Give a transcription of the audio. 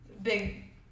Big